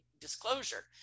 disclosure